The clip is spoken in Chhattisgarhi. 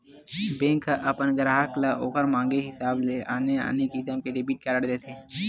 बेंक ह अपन गराहक ल ओखर मांगे हिसाब ले आने आने किसम के डेबिट कारड देथे